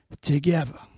together